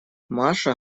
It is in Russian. маша